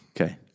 Okay